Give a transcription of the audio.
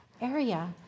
area